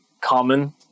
common